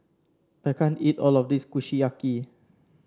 I can't eat all of this Kushiyaki